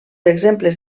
exemples